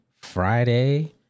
Friday